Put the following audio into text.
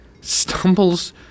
stumbles